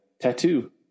tattoo